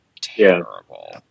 terrible